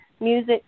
Music